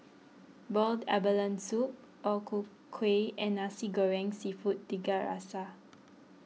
Boiled Abalone Soup O Ku Kueh and Nasi Goreng Seafood Tiga Rasa